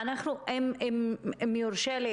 אם יורשה לי,